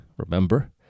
Remember